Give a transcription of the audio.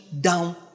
down